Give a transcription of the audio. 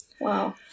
Wow